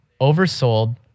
oversold